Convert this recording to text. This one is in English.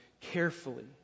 carefully